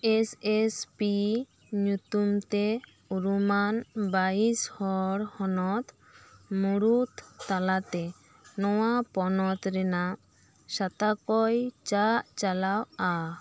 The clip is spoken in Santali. ᱮᱥ ᱮᱥ ᱯᱤ ᱧᱩᱛᱩᱢ ᱛᱮ ᱩᱨᱩᱢᱟᱱ ᱵᱟᱭᱤᱥ ᱦᱚᱲ ᱦᱚᱱᱚᱛ ᱢᱩᱲᱩᱛ ᱛᱟᱞᱟᱛᱮ ᱱᱚᱣᱟ ᱯᱚᱱᱚᱛ ᱨᱮᱱᱟᱜ ᱥᱟᱛᱟᱠᱚᱭ ᱪᱟᱜᱼᱪᱟᱞᱟᱣᱼᱟ